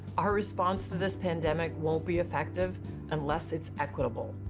our response to this pandemic won't be effective unless it's equitable.